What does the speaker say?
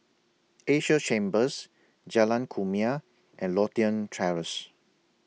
Asia Chambers Jalan Kumia and Lothian Terrace